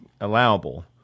allowable